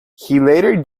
later